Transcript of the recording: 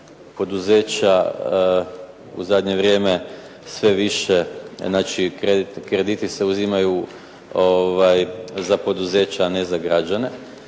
poduzeća u zadnje vrijeme sve više, znači krediti se uzimaju za poduzeća a ne za građane